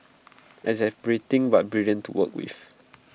exasperating but brilliant to work with